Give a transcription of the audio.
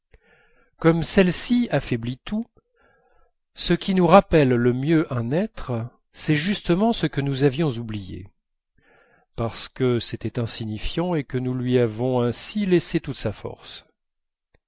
comme celle-ci affaiblit tout ce qui nous rappelle le mieux un être c'est justement ce que nous avions oublié parce que c'était insignifiant et que nous lui avions ainsi laissé toute sa force